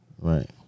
Right